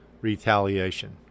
retaliation